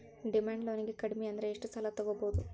Demand ಲೊನಿಗೆ ಕಡ್ಮಿಅಂದ್ರ ಎಷ್ಟ್ ಸಾಲಾ ತಗೊಬೊದು?